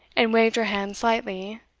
and waved her hand slightly,